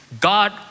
God